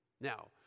Now